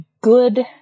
good